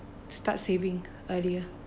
start saving earlier